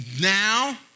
now